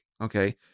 Okay